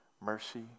mercy